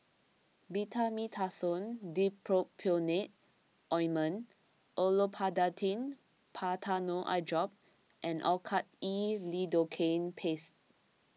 Betamethasone Dipropionate Ointment Olopatadine Patanol Eyedrop and Oracort E Lidocaine Paste